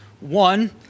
One